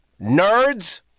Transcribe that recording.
nerds